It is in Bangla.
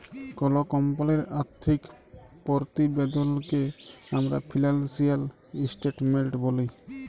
কল কমপালির আথ্থিক পরতিবেদলকে আমরা ফিলালসিয়াল ইসটেটমেলট ব্যলি